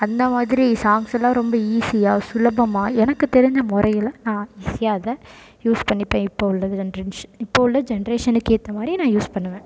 அந்த மாதிரி சாங்ஸ் எல்லாம் ரொம்ப ஈஸியாக சுலபமாக எனக்கு தெரிஞ்ச முறையில் நான் ஈஸியாக அதை யூஸ் பண்ணிப்பேன் இப்போ உள்ளது இப்போ உள்ள ஜென்ரேஷனுக்கு ஏற்ற மாதிரி நான் யூஸ் பண்ணுவேன்